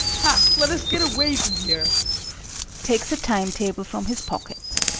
ha, let us get away from here takes a time table from his pocket